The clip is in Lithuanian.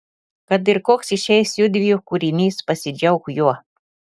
kad ir koks išeis judviejų kūrinys pasidžiauk juo